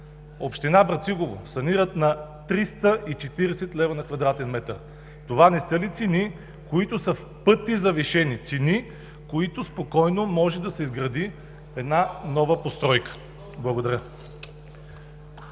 община Брацигово санират на 340 лв. на кв. м. Това не са ли цени, които са в пъти завишени, цени, с които спокойно може да се изгради една нова постройка? Благодаря.